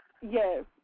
Yes